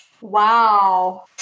Wow